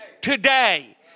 today